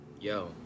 yo